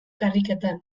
karriketan